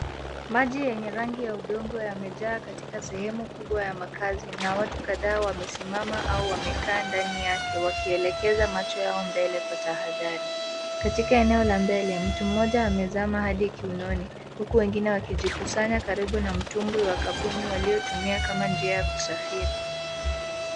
Maji yenye rangi ya udongo yamejaa katika sehemu kubwa ya makazi na watu kadhaa wamesimama ama wamekaa ndani yake wakielekeza macho mbele kwa tahadhari. Katika eneo la mbele, mtu mmoja amezama hadi kiunoni huku wengine wakijikusanya karibu na mtumbwi wa kabuni waliotumia kama njia ya kusafiri.